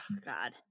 God